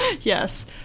Yes